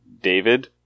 David